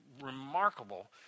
remarkable